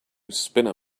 spinner